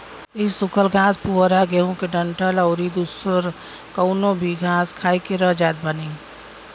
इ सुखल घास पुअरा गेंहू के डंठल अउरी दुसर कवनो भी घास खाई के रही जात बानी